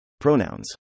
Pronouns